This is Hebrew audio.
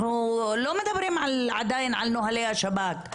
אנחנו לא מדברים עדיין על נהלי השב"כ,